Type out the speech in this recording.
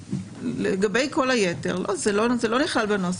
לגבי כל היתר, זה לא נכלל בנוסח.